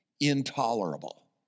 intolerable